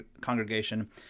congregation